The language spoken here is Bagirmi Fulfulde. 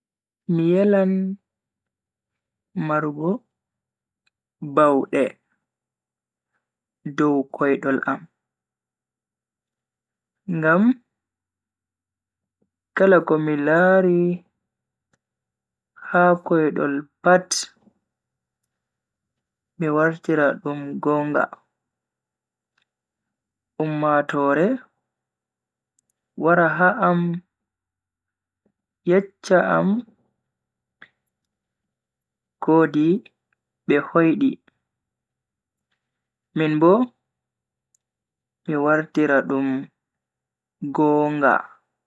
Mi yelan marugo baude dow koidol am. Ngam kala ko mi lari ha koidol pat mi wartira dum gonga. Ummatoore wara ha am yeccha am kodi be hoidi min bo mi wartira dum gonga.